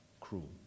Cruel